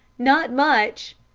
not much.